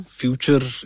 future